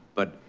but